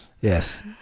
Yes